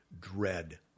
dread